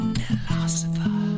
philosopher